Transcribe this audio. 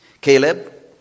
Caleb